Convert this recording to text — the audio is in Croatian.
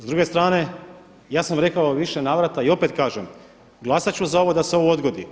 S druge strane, ja sam rekao u više navrata i opet kažem glasat ću za da se ovo odgodi.